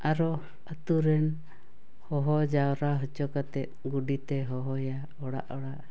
ᱟᱨᱚ ᱟᱛᱳ ᱨᱮᱱ ᱦᱚᱦᱚ ᱡᱟᱣᱨᱟ ᱦᱚᱪᱚ ᱠᱟᱛᱮᱫ ᱜᱳᱰᱮᱛᱮ ᱦᱚᱦᱚᱭᱟ ᱚᱲᱟᱜ ᱚᱲᱟᱜ